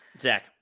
Zach